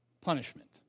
Punishment